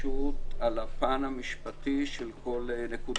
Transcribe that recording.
התכתשות על הפן המשפטי של כל נקודה,